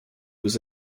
was